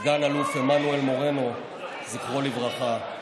אחי, סגן אלוף עמנואל מורנו, זכרו לברכה.